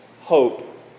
hope